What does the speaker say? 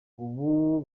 ubu